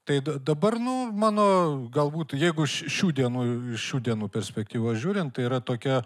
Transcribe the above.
tai da dabar nu mano galbūt jeigu ši šių dienų iš šių dienų perspektyvos žiūrint tai yra tokia